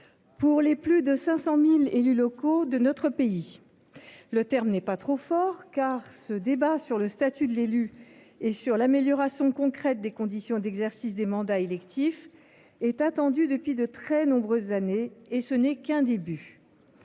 pour les plus de 500 000 élus locaux de notre pays. Le terme n’est pas trop fort, car ce débat sur le statut de l’élu et l’amélioration concrète des conditions d’exercice des mandats électifs est attendu depuis de très nombreuses années. Ce n’est d’ailleurs